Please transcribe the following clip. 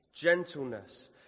gentleness